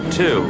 Two